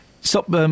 Stop